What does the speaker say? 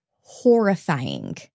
horrifying